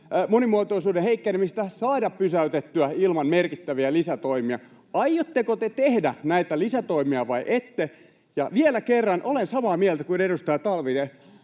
monimuotoisuuden heikkenemistä saada pysäytettyä ilman merkittäviä lisätoimia. Aiotteko te tehdä näitä lisätoimia, vai ette? Ja vielä kerran, olen samaa mieltä kuin edustaja Talvitie: